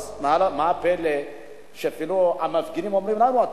אז מה הפלא שאפילו המפגינים אומרים לנו: